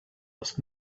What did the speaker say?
was